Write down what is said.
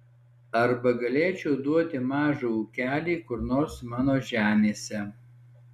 arba galėčiau duoti mažą ūkelį kur nors mano žemėse